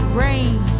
rain